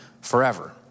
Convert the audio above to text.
forever